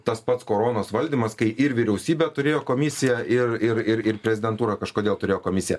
tas pats koronos valdymas kai ir vyriausybė turėjo komisiją ir ir ir ir prezidentūra kažkodėl turėjo komisiją